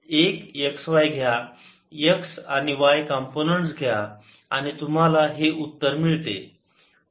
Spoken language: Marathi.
एक x y घ्या आणि x आणि y कॉम्पोनन्ट्स घ्या आणि तुम्हाला हे उत्तर मिळते